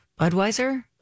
Budweiser